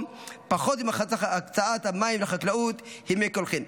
פחות ממחצית הקצאת המים לחקלאות היא מי קולחין.